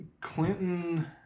Clinton